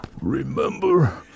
Remember